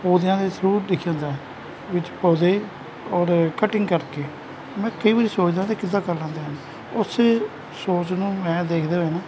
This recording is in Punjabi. ਪੌਦਦਿਆਂ ਦੇ ਥਰੂ ਲਿਖਿਆ ਹੁੰਦਾ ਹੈ ਵਿੱਚ ਪੌਦੇ ਔਰ ਕੱਟਿੰਗ ਕਰਕੇ ਮੈਂ ਕਈ ਵਾਰ ਸੋਚਦਾਂ ਕਿ ਕਿੱਦਾਂ ਕਰ ਲੈਂਦੇ ਹਨ ਉਸੇ ਸੋਚ ਨੂੰ ਮੈਂ ਦੇਖਦੇ ਹੋਏ ਨਾ